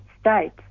States